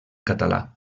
català